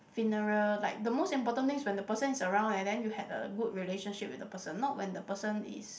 funeral like the most important thing is when the person is around and then you had a good relationship with the person not when the person is